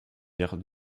dire